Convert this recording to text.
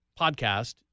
Podcast